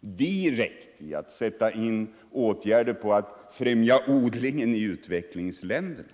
direkt till åtgärder som främjar odlingen i utvecklingsländerna.